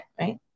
right